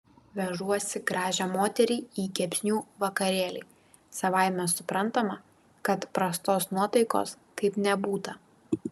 vežuosi gražią moterį į kepsnių vakarėlį savaime suprantama kad prastos nuotaikos kaip nebūta